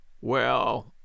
Well